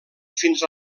fins